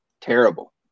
terrible